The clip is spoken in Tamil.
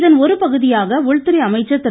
இதன் ஒருபகுதியாக உள்துறை அமைச்சர் திரு